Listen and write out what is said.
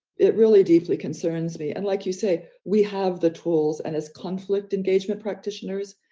it really deeply concerns me. and like you say, we have the tools and as conflict engagement practitioners,